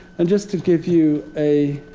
and just to give you a